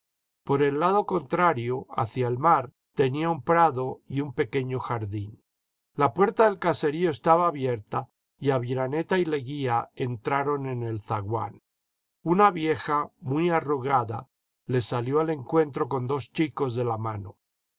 por el lado contrario hacia el mar tenía un prado y un pequeño jardín la puerta del caserío estaba abierta y aviraneta y leguía entraron en el zaguán una vieja muy arrugada les salió al encuentro con dos chicos de la mano